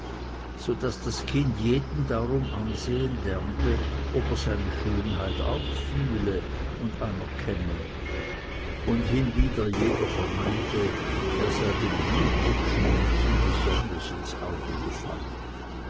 so daß das kind jeden drum ansehen lernte ob er seine schönheit auch fühle und anerkenne und hinwieder jeder vermeinte er sei dem jungen hübschen mädchen besonders ins auge gefallen